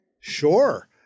Sure